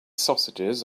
sausages